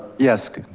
yes.